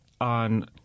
on